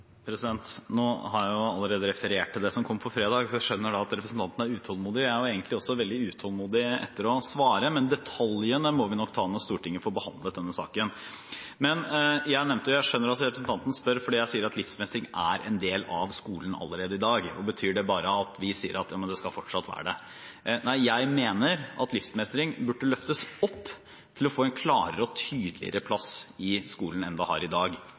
Nå har jeg allerede referert til det som kommer på fredag, så jeg skjønner at representanten er utålmodig. Jeg er egentlig også veldig utålmodig etter å svare, men detaljene må vi nok ta når Stortinget får behandlet denne saken. Jeg skjønner at representanten spør fordi jeg sier at livsmestring er en del av skolen allerede i dag. Betyr det bare at vi sier at det fortsatt skal være det? Nei, jeg mener at livsmestring burde løftes opp til å få en klarere og tydeligere plass i skolen enn det har i dag,